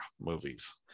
movies